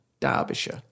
Derbyshire